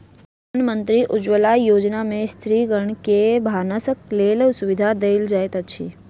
प्रधानमंत्री उज्ज्वला योजना में स्त्रीगण के भानसक लेल सुविधा देल जाइत अछि